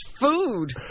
Food